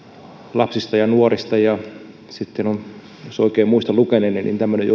lapsista ja nuorista ja sitten on jos oikein muistan lukeneeni tämmöinen